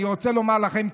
אני רוצה לומר לכם,